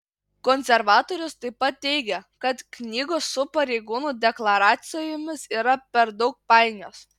konservatorius taip pat teigė kad knygos su pareigūnų deklaracijomis yra per daug painios